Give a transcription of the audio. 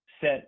set